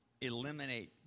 eliminate